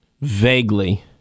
Vaguely